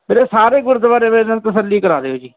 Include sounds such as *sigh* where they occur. ਵੀਰੇ ਸਾਰੇ ਗੁਰਦੁਆਰੇ *unintelligible* ਤਸੱਲੀ ਕਰਵਾ ਦਿਓ ਜੀ